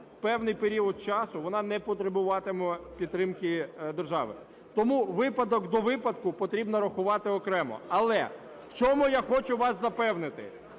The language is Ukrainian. певний період часу вона не потребуватиме підтримки держави. Тому випадок до випадку потрібно рахувати окремо. Але в чому я хочу вас запевнити,